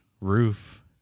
roof